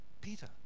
Peter